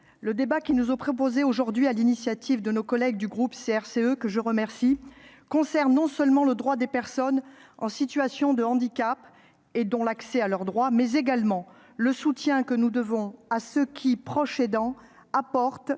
le débat qui nous est proposé aujourd'hui sur l'initiative de nos collègues du groupe CRCE, que je remercie, porte non seulement le droit des personnes en situation de handicap, et donc l'accès à leurs droits, mais également le soutien que nous devons à ceux qui, proches aidants, apportent